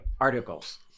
articles